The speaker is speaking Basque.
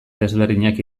desberdinak